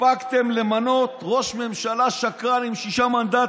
הספקתם למנות ראש ממשלה שקרן עם שישה מנדטים,